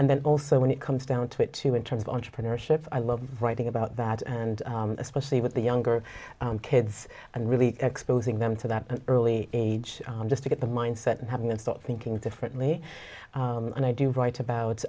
and then also when it comes down to it too in terms of entrepreneurship i love writing about that and especially with the younger kids and really exposing them to that early age just to get the mind set and having them start thinking differently and i do write about